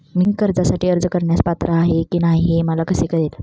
मी कर्जासाठी अर्ज करण्यास पात्र आहे की नाही हे मला कसे कळेल?